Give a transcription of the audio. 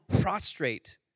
prostrate